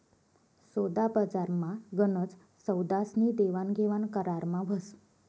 सोदाबजारमा गनच सौदास्नी देवाणघेवाण करारमा व्हस